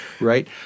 Right